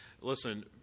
listen